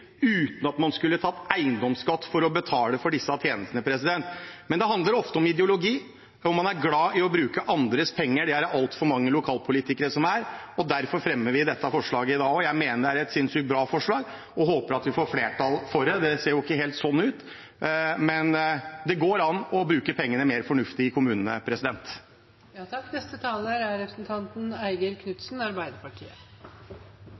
uten at man skulle tatt eiendomsskatt for å betale for disse tjenestene. Men det handler ofte om ideologi. Man er glad i å bruke andres penger, det er det altfor mange lokalpolitikere som er. Derfor fremmer vi dette forslaget i dag. Jeg mener det er et sinnsykt bra forslag, og håper at vi får flertall for det, det ser jo ikke helt sånn ut. Men det går an å bruke pengene mer fornuftig i kommunene. Aller først, til dem som snakker om at kommuner går med overskudd: Det er